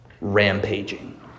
rampaging